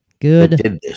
Good